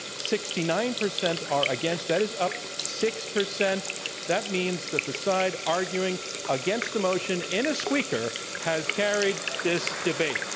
sixty nine percent are against. that is up six that means that the side arguing against the motion in a squeaker has carried this debate.